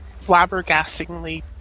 flabbergastingly